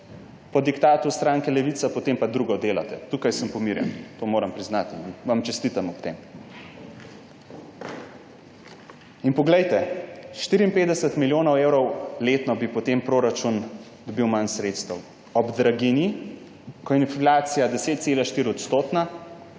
po diktatu stranke Levica, potem pa drugo delate. Tukaj sem pomirjen. To moram priznati, vam čestitam ob tem. Poglejte, 54 milijonov evrov letno bi potem proračun dobil manj sredstev ob draginji, ko je inflacija 10,4 %,